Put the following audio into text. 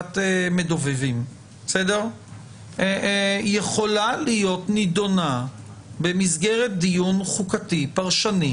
הפעלת מדובבים יכולה להיות נדונה במסגרת דיון חוקתי פרשני,